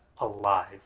alive